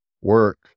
work